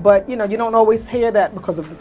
but you know you don't always hear that because of the